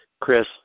Chris